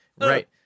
Right